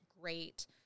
great